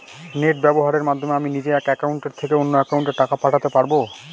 Net ব্যবহারের মাধ্যমে আমি নিজে এক অ্যাকাউন্টের থেকে অন্য অ্যাকাউন্টে টাকা পাঠাতে পারব?